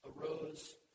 arose